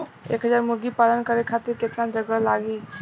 एक हज़ार मुर्गी पालन करे खातिर केतना जगह लागी?